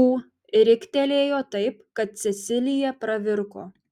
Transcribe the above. ū riktelėjo taip kad cecilija pravirko